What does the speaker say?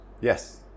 Yes